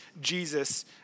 Jesus